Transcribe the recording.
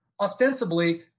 ostensibly